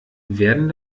werden